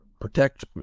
protect